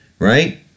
Right